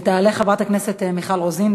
תעלה חברת הכנסת מיכל רוזין.